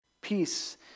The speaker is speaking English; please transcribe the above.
Peace